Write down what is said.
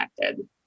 connected